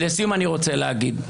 ולסיום אני רוצה להגיד,